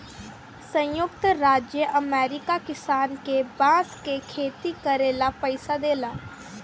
संयुक्त राज्य अमेरिका किसान के बांस के खेती करे ला पइसा देला